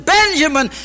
Benjamin